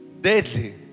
deadly